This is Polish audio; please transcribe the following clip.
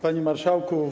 Panie Marszałku!